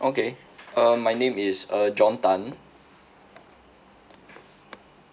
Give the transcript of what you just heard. okay uh my name is uh john tan